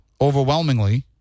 overwhelmingly